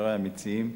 חברי המציעים,